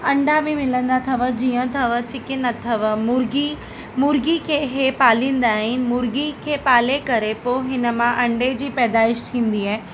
अंडा बि मिलंदा अथव जीअं अथव चिकन अथव मुर्गी मुर्गी खे हे पालींदा आहिनि मुर्गी खे पाले करे पोइ हिन मां अंडे जी पैदाइश थींदी आहे